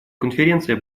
конференция